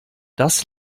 das